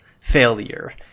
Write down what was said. failure